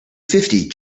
fifty